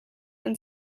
and